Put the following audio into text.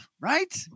right